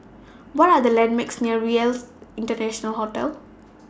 What Are The landmarks near RELC International Hotel